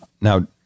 Now